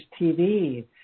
TV